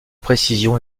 précision